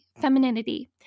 femininity